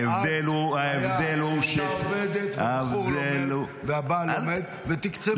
אז הייתה אישה עובדת והבעל לומד, ותקצבו.